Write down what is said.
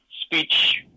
speech